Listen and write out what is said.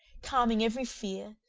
calming every fear,